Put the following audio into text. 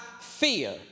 fear